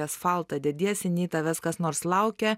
asfaltą dediesi nei tavęs kas nors laukia